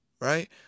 Right